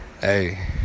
hey